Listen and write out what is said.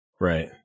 Right